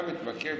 אתה מתמקד